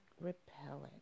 repellent